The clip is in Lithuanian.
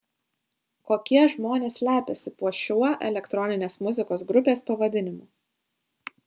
kokie žmonės slepiasi po šiuo elektroninės muzikos grupės pavadinimu